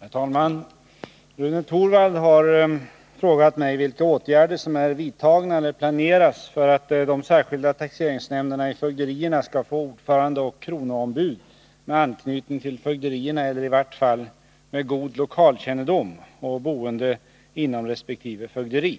Herr talman! Rune Torwald har frågat mig vilka åtgärder som är vidtagna eller planeras för att de särskilda taxeringsnämnderna i fögderierna skall få ordförande och kronoombud med anknytning till fögderierna eller i vart fall med god lokalkännedom och boende inom respektive fögderi.